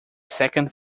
second